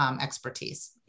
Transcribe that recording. expertise